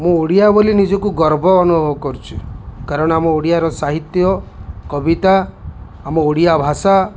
ମୁଁ ଓଡ଼ିଆ ବୋଲି ନିଜୁକୁ ଗର୍ବ ଅନୁଭବ କରୁଚି କାରଣ ଆମ ଓଡ଼ିଆର ସାହିତ୍ୟ କବିତା ଆମ ଓଡ଼ିଆ ଭାଷା